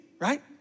right